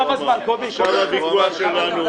הוויכוח שלנו.